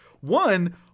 one